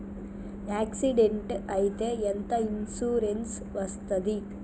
Accident అయితే ఎంత insurance వస్తది?